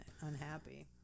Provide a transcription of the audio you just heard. unhappy